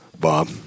Bob